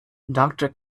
doctor